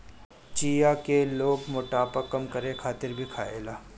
चिया के लोग मोटापा कम करे खातिर भी खायेला